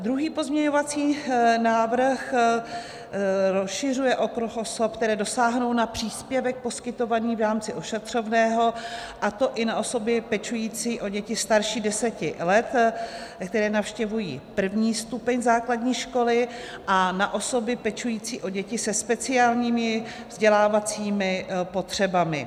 Druhý pozměňovací návrh rozšiřuje okruh osob, které dosáhnou na příspěvek poskytovaný v rámci ošetřovného, a to i na osoby pečující o děti starší 10 let, které navštěvují první stupeň základní školy, a na osoby pečující o děti se speciálními vzdělávacími potřebami.